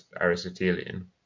aristotelian